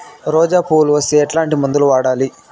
రోజా పువ్వులు వస్తే ఎట్లాంటి మందులు వాడాలి?